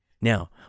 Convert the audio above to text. Now